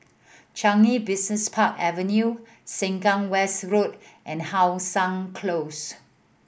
Changi Business Park Avenue Sengkang West Road and How Sun Close